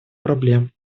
проблем